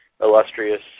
illustrious